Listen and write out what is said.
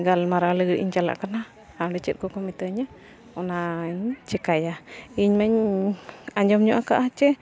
ᱜᱟᱞᱢᱟᱨᱟᱣ ᱞᱟᱹᱜᱤᱫ ᱤᱧ ᱪᱟᱞᱟᱜ ᱠᱟᱱᱟ ᱟᱸᱰᱮ ᱪᱮᱫ ᱠᱚᱠᱚ ᱢᱤᱛᱟᱹᱧᱟ ᱚᱱᱟᱧ ᱪᱤᱠᱟᱹᱭᱟ ᱤᱧ ᱢᱟᱧ ᱟᱸᱡᱚᱢ ᱧᱚᱜ ᱠᱟᱜᱼᱟ ᱥᱮ